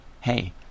hey